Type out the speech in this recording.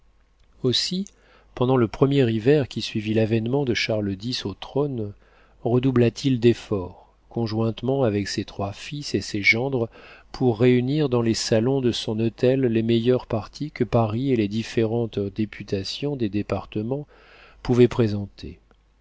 aussi pendant le premier hiver qui suivit l'avénement de charles x au trône redoubla t il d'efforts conjointement avec ses trois fils et ses gendres pour réunir dans les salons de son hôtel les meilleurs partis que paris et les différentes députations des départements pouvaient présenter